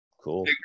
cool